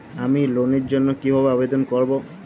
আমি লোনের জন্য কিভাবে আবেদন করব?